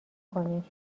کنیم